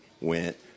went